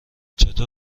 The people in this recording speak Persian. چطور